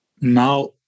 Now